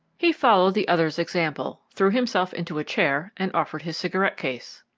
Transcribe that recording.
he followed the other's example, threw himself into a chair and offered his cigarette case.